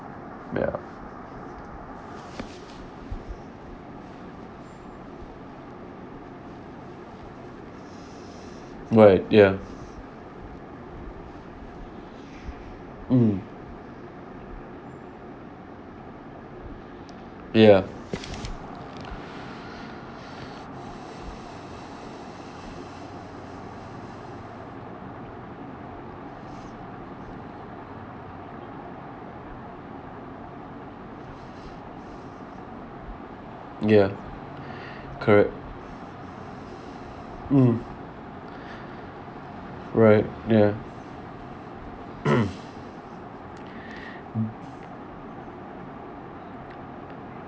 ya right ya mmhmm ya ya correct mmhmm right ya